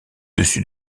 dessus